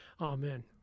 Amen